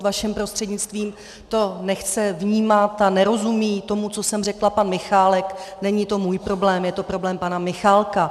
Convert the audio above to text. vaším prostřednictvím to nechce vnímat a nerozumí tomu, co jsem řekla, pan Michálek, není to můj problém, je to problém pana Michálka.